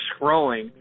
scrolling